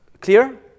clear